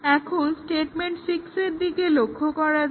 এখন স্টেটমেন্ট 6 এর দিকে লক্ষ্য করা যাক